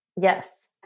Yes